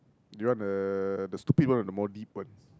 do you want the the stupid ones or the more deep ones